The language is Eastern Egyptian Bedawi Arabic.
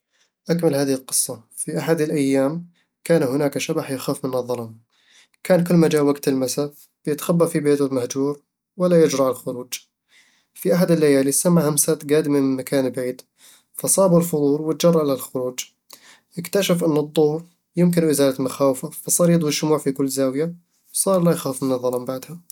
أكمل هذه القصة: في أحد الأيام، كان هناك شبح يخاف من الظلام كان كلما جا وقت المساء، بيتخبى في بيته المهجور ولا يجرؤ على الخروج في أحد الليالي، سمع همسات قادمة من مكان بعيد، فأصابه الفضول وتجرأ للخروج اكتشف أن الضوء يمكنه إزالة مخاوفه، فصار يضوي الشموع في كل زاوية، وصار لا يخاف من الظلام بعدها